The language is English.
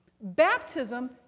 Baptism